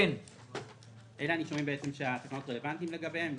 אלה הנישומים שהתקנות רלוונטיות לגביהם.